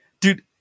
Dude